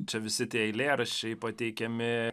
čia visi tie eilėraščiai pateikiami